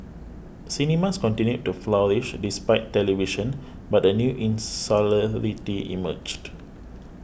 cinemas continued to flourish despite television but a new insularity emerged